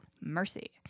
Mercy